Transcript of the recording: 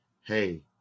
Hey